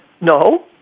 No